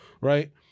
right